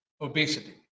obesity